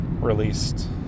released